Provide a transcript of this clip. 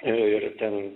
ir ten